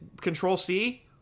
Control-C